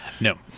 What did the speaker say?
no